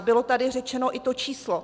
Bylo tady řečeno i to číslo.